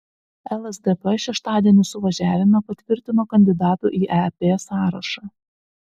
lsdp šeštadienį suvažiavime patvirtino kandidatų į ep sąrašą